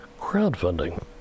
crowdfunding